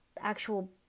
actual